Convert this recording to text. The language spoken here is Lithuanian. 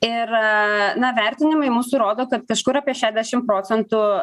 ir na vertinimai mūsų rodo kad kažkur apie šedešim procentų